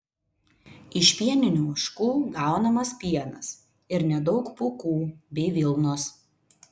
iš pieninių ožkų gaunamas pienas ir nedaug pūkų bei vilnos